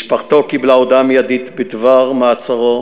משפחתו קיבלה הודעה מיידית בדבר מעצרו,